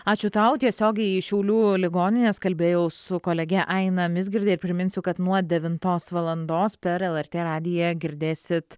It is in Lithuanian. ačiū tau tiesiogiai iš šiaulių ligoninės kalbėjau su kolege aina mizgirde ir priminsiu kad nuo devintos valandos per lrt radiją girdėsit